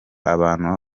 abantu